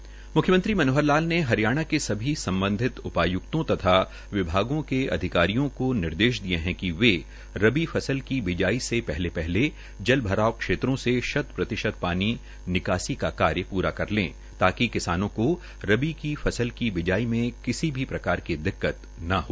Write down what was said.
म्ख्यमंत्री मनोहर लाल ने हरियाणा के सभी संबंधित उपायुक्तों तथा विभागों के अधिकारियों को निर्देश दिए हैं कि वे रबी फसल की बिजाई से पहले पहले जलभराव क्षेत्रों से शत प्रतिशत पानी निकासी का कार्य प्रा कर लें ताकि किसानों को रबी की फसल की बिजाई में किसी भी प्रकार की दिक्कत न हो